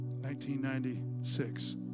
1996